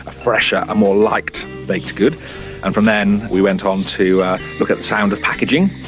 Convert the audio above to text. ah fresher, a more like baked baked good. and from then we went on to look at the sound of packaging,